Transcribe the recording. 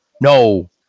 No